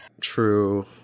True